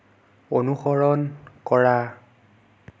অনুসৰণ কৰা